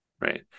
right